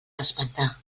espantar